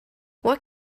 what